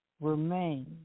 remain